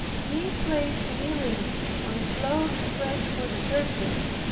being placed kneeling on a cloth spread for the purpose,